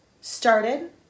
started